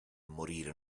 morire